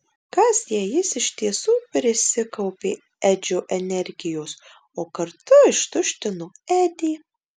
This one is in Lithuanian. kas jei jis iš tiesų prisikaupė edžio energijos o kartu ištuštino edį